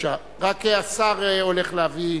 השר הולך להביא